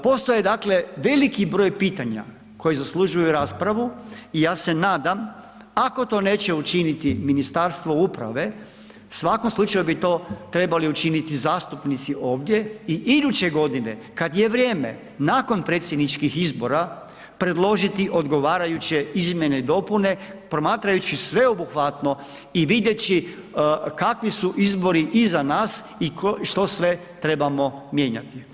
Postoje dakle veliki broj pitanja koji zaslužuju raspravu i ja se nadam ako to neće učiniti Ministarstvo uprave u svakom slučaju bi to trebali učiniti zastupnici ovdje i iduće godine kada je vrijeme nakon predsjedničkih izbora predložiti odgovarajuće izmjene i dopune, promatrajući sveobuhvatno i vidjevši kakvi su izbori iza nas i što sve trebamo mijenjati.